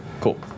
Cool